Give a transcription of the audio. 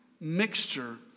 mixture